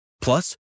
Plus